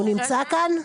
הוא נמצא כאן?